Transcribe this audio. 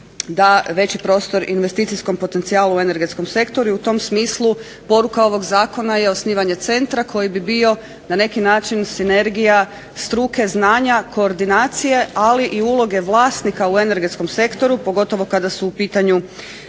da veći prostor investicijskom potencijalu u energetskom sektoru. I u tom smislu poruka ovog zakona je osnivanje centra koji bi bio na neki način sinergija struke, znanja, koordinacije, ali i uloge vlasnika u energetskom sektoru, pogotovo kada su u pitanju